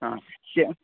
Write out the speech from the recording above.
हा श्